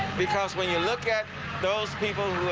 because when you look at those people.